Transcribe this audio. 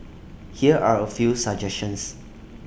here are A few suggestions